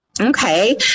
Okay